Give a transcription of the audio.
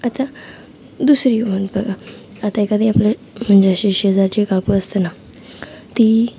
आता दुसरी म्हण बघा आता एखादी आपले म्हणजे असे शेजारचे काकू असते ना ती